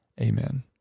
Amen